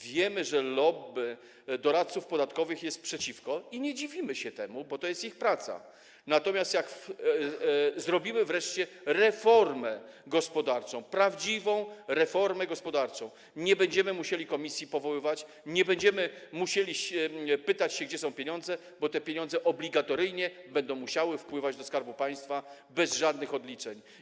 Wiemy, że lobby doradców podatkowych jest przeciwko, i nie dziwimy się temu, bo to jest ich praca, natomiast jak zrobimy wreszcie reformę gospodarczą, prawdziwą reformę gospodarczą, to nie będziemy musieli powoływać komisji, nie będziemy musieli pytać, gdzie są pieniądze, bo te pieniądze obligatoryjnie będą musiały wpływać do Skarbu Państwa bez żadnych odliczeń.